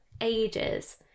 ages